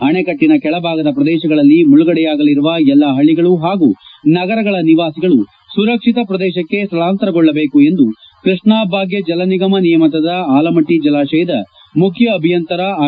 ಅಣೆಕಟ್ಟನ ಕೆಳಭಾಗದ ಪ್ರದೇಶಗಳಲ್ಲಿ ಮುಳುಗಡೆಯಾಗಲಿರುವ ಎಲ್ಲ ಹಳ್ಳಿಗಳು ಹಾಗೂ ನಗರಗಳ ನಿವಾಸಿಗಳು ಸುರಕ್ಷಿತ ಪ್ರದೇಶಕ್ಕೆ ಸ್ವಳಾಂತರಗೊಳ್ಳಬೇಕು ಎಂದು ಕೃಷ್ಣಾ ಭಾಗ್ಯ ಜಲ ನಿಗಮ ನಿಯಮಿತದ ಆಲಮಟ್ಟಿ ಜಲಾತಯದ ಮುಖ್ಯ ಅಭಿಯಂತರ ಆರ್